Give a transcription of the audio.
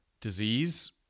disease